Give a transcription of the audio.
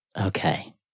Okay